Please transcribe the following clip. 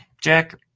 Jack